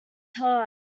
time